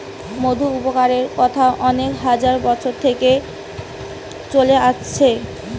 মধুর উপকারের কথা অনেক হাজার বছর থিকে চলে আসছে